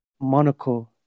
Monaco